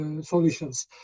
solutions